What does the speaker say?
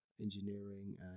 Engineering